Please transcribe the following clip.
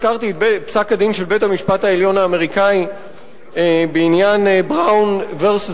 והזכרתי את פסק-הדין של בית-המשפט העליון האמריקני בעניין Brown v.